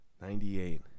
Ninety-eight